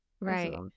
right